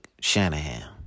Shanahan